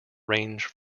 range